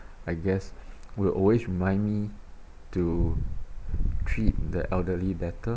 I guess will always remind me to treat the elderly better